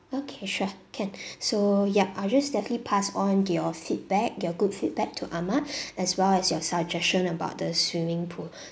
okay sure can so yup I'll just definitely pass on your feedback your good feedback to ahmad as well as your suggestion about the swimming pool